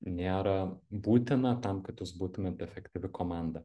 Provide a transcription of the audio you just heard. nėra būtina tam kad jūs būtumėt efektyvi komanda